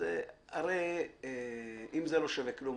הרי אם זה לא שווה כלום,